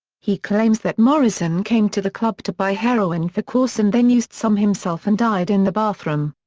he claims that morrison came to the club to buy heroin for courson then used some himself and died in the bathroom.